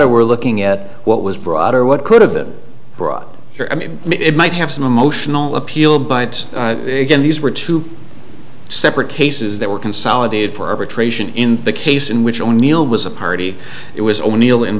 a we're looking at what was brought or what could have been brought here i mean it might have some emotional appeal but again these were two separate cases that were consolidated for arbitration in the case in which o'neill was a party it was o'neal in